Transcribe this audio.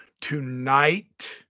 Tonight